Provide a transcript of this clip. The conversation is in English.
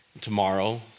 tomorrow